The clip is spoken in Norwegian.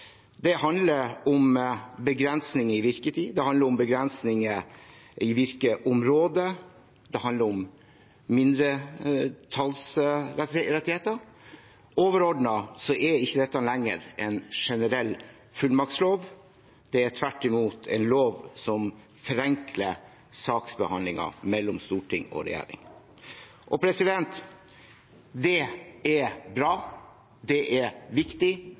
Det handler om begrensning i virketid, det handler om begrensning i virkeområde, og det handler om mindretallsrettigheter. Overordnet er ikke dette lenger en generell fullmaktslov, det er tvert imot en lov som forenkler saksbehandlingen mellom storting og regjering. Det er bra, og det er viktig